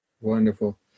Wonderful